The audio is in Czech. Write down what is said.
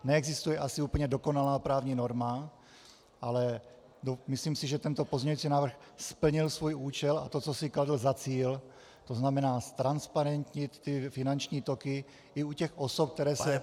Neexistuje asi úplně dokonalá právní norma, ale myslím si, že tento pozměňující návrh splnil svůj účel, a to, co si kladl za cíl, tzn. ztransparentnit ty finanční toky i u těch osob, které se